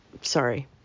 sorry